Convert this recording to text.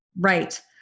Right